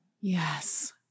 Yes